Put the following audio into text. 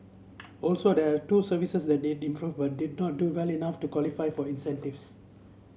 also there are two services that did improve but did not do well enough to qualify for incentives